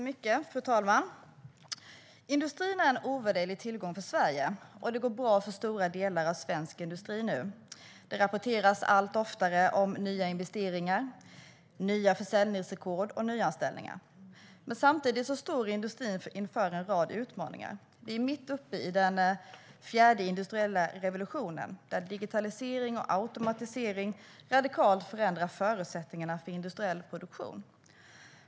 Fru talman! Industrierna är en ovärderlig tillgång för Sverige, och det går bra för stora delar av svensk industri nu. Det rapporteras allt oftare om nya investeringar, nya försäljningsrekord och nyanställningar. Samtidigt står industrin inför en rad utmaningar. Vi är mitt uppe i den fjärde industriella revolutionen, där digitalisering och automatisering radikalt förändrar förutsättningarna för industriell produktion.